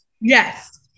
yes